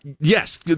yes